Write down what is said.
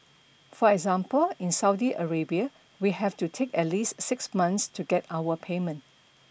for example in Saudi Arabia we have to take at least six months to get our payment